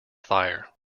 fire